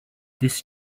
this